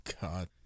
God